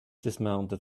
dismounted